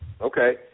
Okay